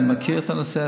אני מכיר את הנושא.